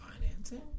financing